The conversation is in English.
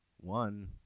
one